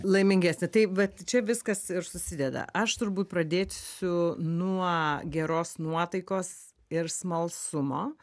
laimingesnė tai vat čia viskas ir susideda aš turbūt pradėsiu nuo geros nuotaikos ir smalsumo